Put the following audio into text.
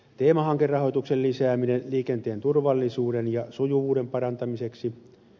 teemahankerahoituksen lisääminen liikenteen turvallisuuden ja sujuvuuden parantamiseksi